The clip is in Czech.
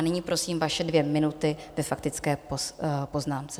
Nyní prosím, vaše dvě minuty ve faktické poznámce.